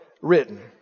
written